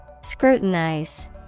Scrutinize